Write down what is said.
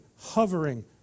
hovering